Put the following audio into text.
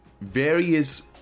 Various